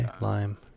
Lime